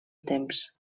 temps